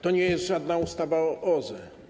To nie jest żadna ustawa o OZE.